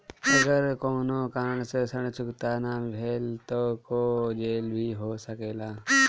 अगर कौनो कारण से ऋण चुकता न भेल तो का जेल भी हो सकेला?